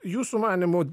jūsų manymu